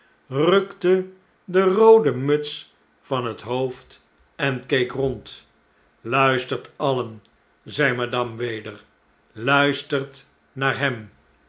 rukte de roode muts van het hoofd en keek rond luistert alien zei madame weder luistert naar hem